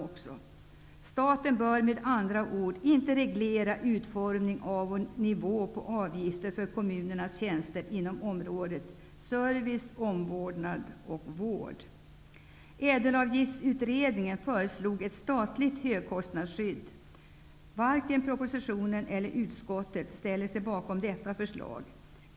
Den kommunalekonomiska kommittén skriver vidare: ''Staten bör med andra ord inte reglera utformning av och nivå på avgifter för kommunernas tjänster inom området service, omvårdnad och vård.'' ÄDEL-avgiftsutredningen föreslog ett statligt högkostnadsskydd. Varken propositionen eller utskottet ställer sig bakom detta förslag.